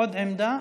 עוד עמדה?